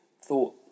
thought